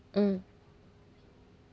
mm